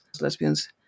lesbians